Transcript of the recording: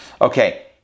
Okay